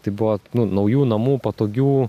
tai buvo nu naujų namų patogių